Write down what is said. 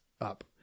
up